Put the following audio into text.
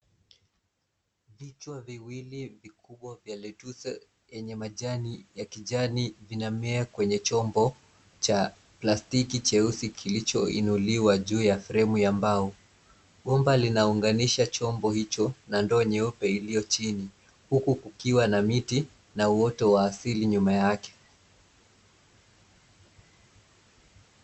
Vichwa viwili vikubwa vya lettuce , enye majani ya kijani vinamea kwenye chombo cha plastiki cheusi kilichoinuliwa juu ya fremu ya mbao. Bomba linaunganisha chombo hicho na ndoo nyeupe iliyo chini, huku kukiwa na miti na uoto wa asili nyuma yake.